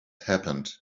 happened